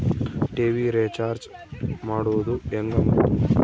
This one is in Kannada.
ಟಿ.ವಿ ರೇಚಾರ್ಜ್ ಮಾಡೋದು ಹೆಂಗ ಮತ್ತು?